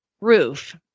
roof